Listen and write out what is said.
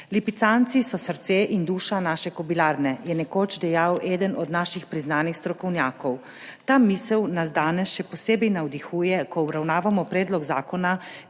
Lipicanci so srce in duša naše kobilarne, je nekoč dejal eden od naših priznanih strokovnjakov. Ta misel nas danes še posebej navdihuje, ko obravnavamo predlog zakona,